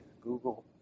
Google